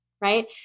right